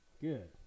Good